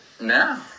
No